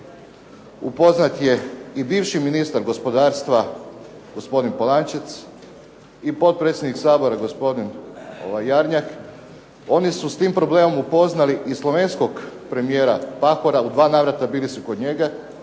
Upoznat je i bivši ministar gospodarstva gospodin Polančec i potpredsjednik Sabora gospodin Jarnjak. Oni su s tim problemom upoznali i slovenskog premijera Pahora, u dva navrata bili su kod njega